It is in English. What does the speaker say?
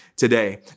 today